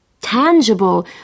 tangible